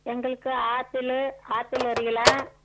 எங்களுக்கு apple apple ஒரு kilo